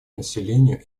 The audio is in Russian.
населению